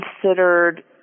considered